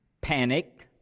panic